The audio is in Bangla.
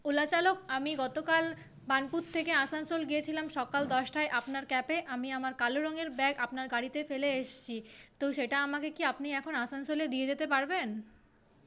ওলা চালক আমি গতকাল বানপুর থেকে আসানসোল গেছিলাম সকাল দশটায় আপনার ক্যাবে আমি আমার কালো রঙের ব্যাগ আপনার গাড়িতে ফেলে এসেছি তো সেটা আমাকে কি আপনি এখন আসানসোলে দিয়ে যেতে পারবেন